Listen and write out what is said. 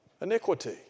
Iniquity